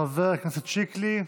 חבר כנסת שיקלי,